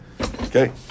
Okay